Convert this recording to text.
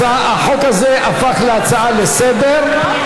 החוק הזה הפך להצעה לסדר-היום,